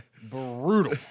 brutal